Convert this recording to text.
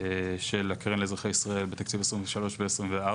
של הקרן לאזרחי בתקציב 2023-2024